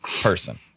Person